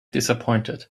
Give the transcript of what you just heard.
disappointed